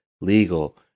legal